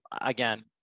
again